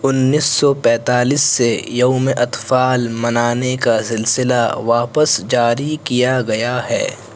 انیس سو پینتالیس سے یوم اطفال منانے کا سلسلہ واپس جاری کیا گیا ہے